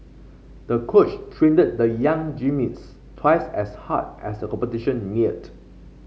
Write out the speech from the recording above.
the coach trained the young twice as hard as the competition neared